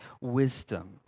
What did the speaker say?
wisdom